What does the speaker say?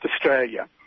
Australia